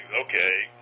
okay